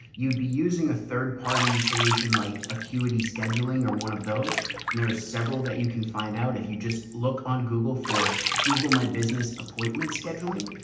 you'd be using a third party solution like acuity scheduling or one of those and there are several that you can find out. if you just look on google for google, my business appointment scheduling,